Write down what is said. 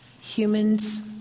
Humans